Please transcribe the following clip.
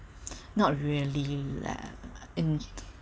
not really like in